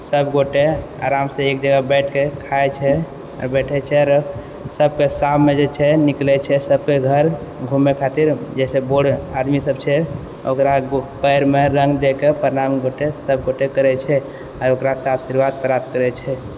सबगोटे आरामसँ एकजगह बैठके खाइ छै बैठे छै आरो सबके शाममे जे छै निकलै छै सबके घर घुमै खातिर जे सब बूढ़ आदमी छै ओकरा पैरमे रङ्ग दए कऽ प्रणाम सबगोटे करै छै आओर ओकरासँ आशीर्वाद प्राप्त करै छै